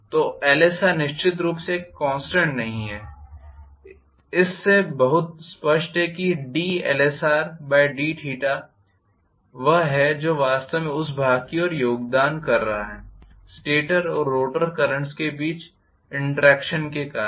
तो Lsr निश्चित रूप से एक कॉन्स्टेंट नहीं है इस से बहुत स्पष्ट है कि dLsrdθ वह है जो वास्तव में उस भाग की ओर योगदान कर रहा है स्टेटर और रोटर करेंट्स के बीच इंटरॅक्षन के कारण